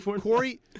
Corey